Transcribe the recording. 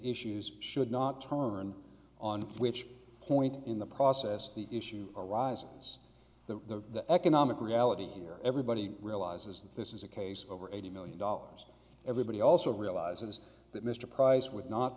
issues should not turn on which point in the process the issue arises the economic reality here everybody realizes that this is a case of over eighty million dollars everybody also realizes that mr price would not